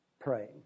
praying